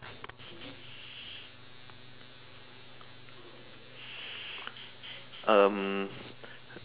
um